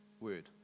Word